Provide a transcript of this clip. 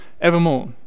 evermore